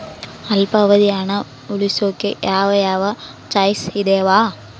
ಅಲ್ಪಾವಧಿ ಹಣ ಉಳಿಸೋಕೆ ಯಾವ ಯಾವ ಚಾಯ್ಸ್ ಇದಾವ?